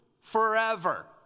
forever